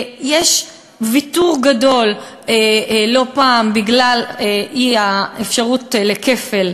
יש לא פעם ויתור גדול בגלל האי-אפשרות של כפל